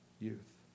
youth